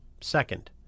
Second